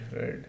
Right